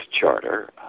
Charter